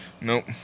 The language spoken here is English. Nope